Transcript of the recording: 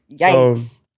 Yikes